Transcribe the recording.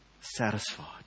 satisfied